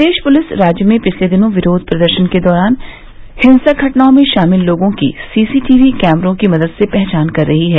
प्रदेश police राज्य में पिछले दिनों विरोध प्रदर्शन के दौरान हिंसक घटनाओं में शामिल लोगों की सीसीटीवी कैमरों की मदद से पहचान कर रही है